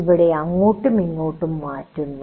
ഇവിടെ അങ്ങോട്ടും ഇങ്ങോട്ടും മാറ്റുന്നു